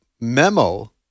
memo